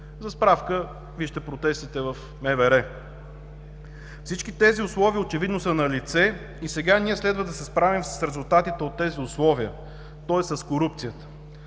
За справка – вижте протестите в МВР. Всички тези условия очевидно са налице и сега ние следва да се справим с резултатите от тези условия, тоест, с корупцията.